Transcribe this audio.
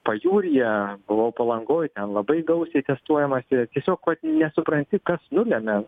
pajūryje buvau palangoj ten labai gausiai testuojamasi tiesiog va nesupranti kas nulemia